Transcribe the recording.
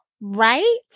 Right